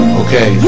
okay